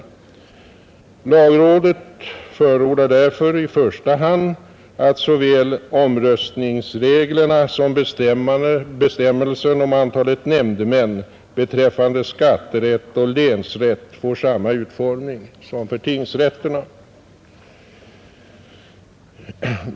Lagrådet förordar därför i första hand att såväl omräkningsreglerna som bestämmelserna om antalet nämndemän beträffande skatterätt och länsrätt får samma utformning som för tingsrätterna.